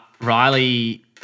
Riley